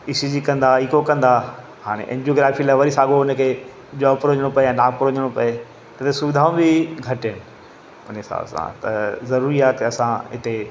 ई C G कंदा echo कंदा हाणे एंजोग्राफी लाइ वरी साॻो हुन खे जोधपुर वञणो पए या नागपुर वञणो पए त हिते सुविधाऊं बि घटि आहिनि मुंहिंजे हिसाब सां त ज़रूरी आहे कि असां हिते